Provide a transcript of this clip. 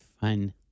Fun